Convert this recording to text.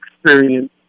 experience